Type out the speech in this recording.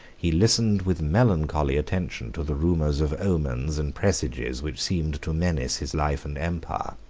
he listened with melancholy attention to the rumors of omens and presages which seemed to menace his life and empire.